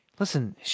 Listen